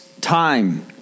time